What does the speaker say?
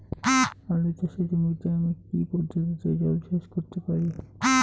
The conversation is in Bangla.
আলু চাষে জমিতে আমি কী পদ্ধতিতে জলসেচ করতে পারি?